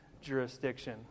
jurisdiction